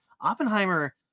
Oppenheimer